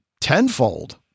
tenfold